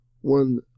one